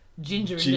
Ginger